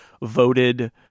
voted